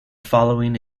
following